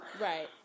right